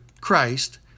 Christ